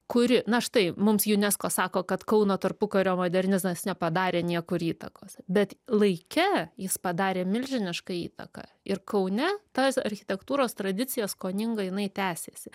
kuri na štai mums unesco sako kad kauno tarpukario modernizmas nepadarė niekur įtakos bet laike jis padarė milžinišką įtaką ir kaune tas architektūros tradicija skoninga jinai tęsiasi